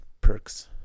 perks